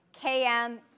Km